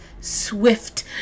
swift